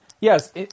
Yes